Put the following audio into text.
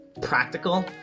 practical